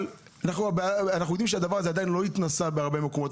אנחנו יודעים שהדבר הזה עדיין לא התנסה בהרבה מקומות,